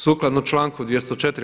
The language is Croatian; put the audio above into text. Sukladno članku 204.